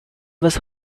was